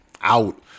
out